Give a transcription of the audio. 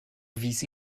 wies